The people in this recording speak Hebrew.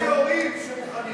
תראה לי הורים שמוכנים.